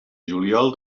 juliol